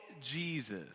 Jesus